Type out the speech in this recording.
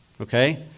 okay